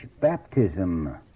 baptism